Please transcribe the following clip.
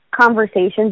conversations